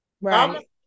Right